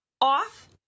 off